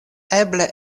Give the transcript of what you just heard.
eble